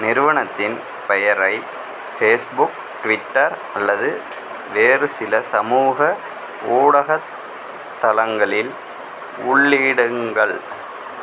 நிறுவனத்தின் பெயரை Facebook Twitter அல்லது வேறு சில சமூக ஊடகத் தளங்களில் உள்ளிடங்கள்